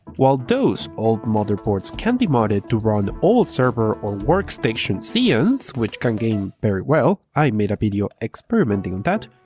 while that old motherboards can be modded to run old server or workstation xeons which can game very well, i made a video experimenting that,